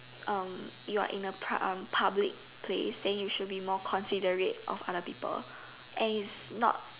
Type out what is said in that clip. um you are in a pub~ uh public place then you should be more considerate of other people and is not